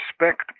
respect